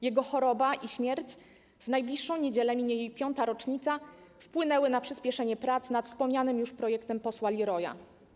Jego choroba i śmierć - w najbliższą niedzielę minie jej piąta rocznica - wpłynęły na przyspieszenie prac nad wspomnianym projektem posła Liroya.